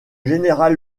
général